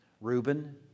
Reuben